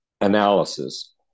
analysis